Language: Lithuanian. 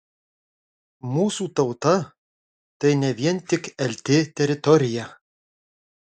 mūsų tauta tai ne vien tik lt teritorija